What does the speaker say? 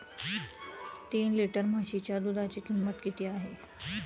तीन लिटर म्हशीच्या दुधाची किंमत किती आहे?